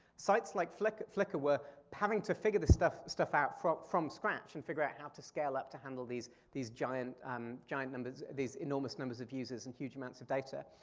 sites like flickr flickr were having to figure this stuff stuff out from from scratch and figure out how to scale up to handle these these giant um giant numbers, these enormous numbers of users and huge amounts of data.